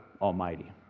Almighty